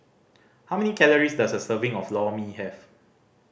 how many calories does a serving of Lor Mee have